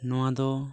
ᱱᱚᱣᱟ ᱫᱚ